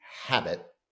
habit